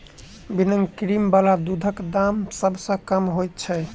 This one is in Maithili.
बिना क्रीम बला दूधक दाम सभ सॅ कम होइत छै